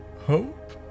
Hope